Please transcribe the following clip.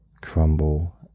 crumble